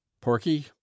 Porky